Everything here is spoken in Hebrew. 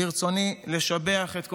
ברצוני לשבח את כוחותינו,